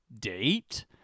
date